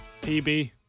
PB